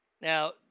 Now